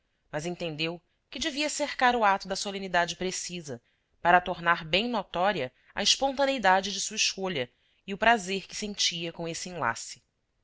mas entendeu que devia cercar o ato da solenidade precisa para tornar bem notória a espontaneidade de sua escolha e o prazer que sentia com esse enlace